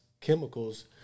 chemicals